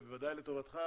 ובוודאי לטובתך,